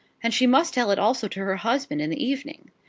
and she must tell it also to her husband in the evening!